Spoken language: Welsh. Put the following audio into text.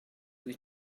wyt